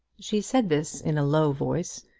she said this in a low voice,